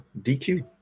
DQ